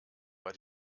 war